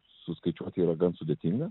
suskaičiuot yra gan sudėtinga